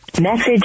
Message